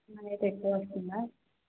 night ఎక్కువస్తుందా